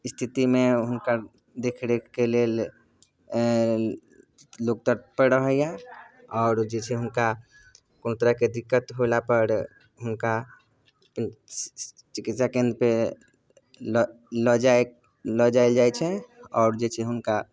स्थितिमे हुनकर देखरेखके लेल लोक तत्पर रहैए आओर जे छै हुनका कोनो तरहके दिक्कत होलापर हुनका चिकित्सा केन्द्रपर लऽ जाएल लऽ जाएल जाइ छै आओर जे छै हुनका